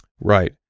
Right